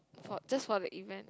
for just for the event